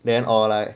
then or like